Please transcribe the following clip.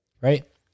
Right